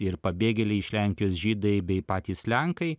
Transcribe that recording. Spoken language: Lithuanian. ir pabėgėliai iš lenkijos žydai bei patys lenkai